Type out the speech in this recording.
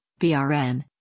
BRN